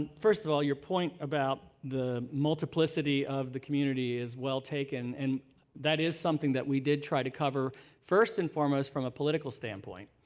first of all, your point about the multiplicity of the community is well taken. and that is something that we did try to cover first and foremost from a political standpoint,